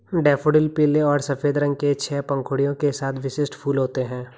daffodil पीले और सफ़ेद रंग के छह पंखुड़ियों के साथ विशिष्ट फूल होते हैं